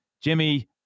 Jimmy